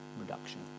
reduction